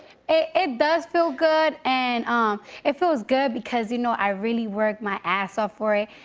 it does feel good. and ah it feels good because, you know, i really worked my ass off for it.